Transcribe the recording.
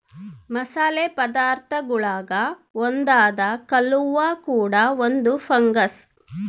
ಮಸಾಲೆ ಪದಾರ್ಥಗುಳಾಗ ಒಂದಾದ ಕಲ್ಲುವ್ವ ಕೂಡ ಒಂದು ಫಂಗಸ್